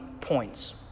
points